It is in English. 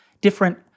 different